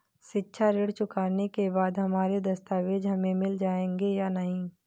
शिक्षा ऋण चुकाने के बाद हमारे दस्तावेज हमें मिल जाएंगे या नहीं?